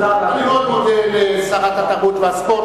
אני מאוד מודה לשרת התרבות והספורט.